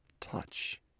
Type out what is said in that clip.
touch